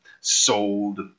sold